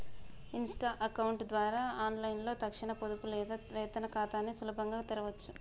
Insta account ద్వారా ఆన్లైన్లో తక్షణ పొదుపు లేదా వేతన ఖాతాని సులభంగా తెరవచ్చు